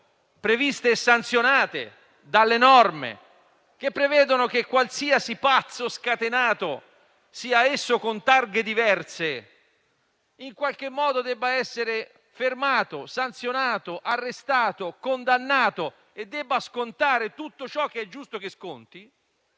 previste e sanzionate da norme che prevedono che qualsiasi pazzo scatenato, sia pure con targhe diverse, debba essere in qualche modo fermato, sanzionato, arrestato, condannato e debba scontare tutto ciò che è giusto che sconti,